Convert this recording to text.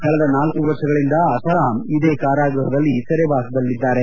ಕಳೆದ ನಾಲ್ಲು ವರ್ಷಗಳಿಂದ ಅಸಾರಾಂ ಇದೇ ಕಾರಾಗ್ಬಹದಲ್ಲಿ ಸೆರೆವಾಸದಲ್ಲಿದ್ದಾರೆ